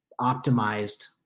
optimized